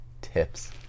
tips